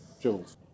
Jules